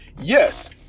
Yes